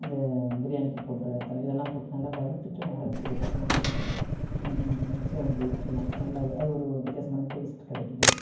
இந்த பிரியாணிக்கு போடுற தல இதெல்லாம் போட்டு நல்லா வறுத்துட்டு அரச்சு வச்சுட்டோம் அப்படின்னு சொன்னால் சோம்பு இதலாம் நல்ல அது ஒரு வித்தியாசமான டேஸ்ட் கிடைக்கிது